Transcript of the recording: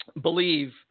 believe